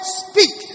speak